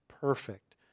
perfect